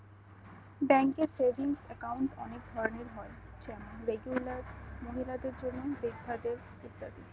ব্যাঙ্কে savings account অনেক ধরনের হয় যেমন রেগুলার, মহিলাদের জন্য, বৃদ্ধদের ইত্যাদি